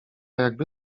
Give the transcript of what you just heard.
jakby